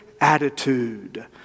attitude